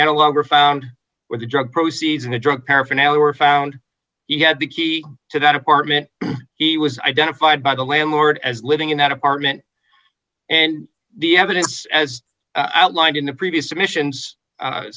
analogue are found where the drug proceeds and a drug paraphernalia were found he had the key to that apartment he was identified by the landlord as living in that apartment and the evidence as outlined in the previous submissions